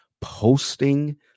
posting